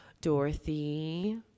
Dorothy